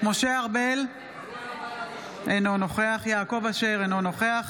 משה ארבל, אינו נוכח יעקב אשר, אינו נוכח